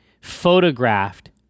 photographed